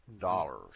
dollars